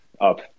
up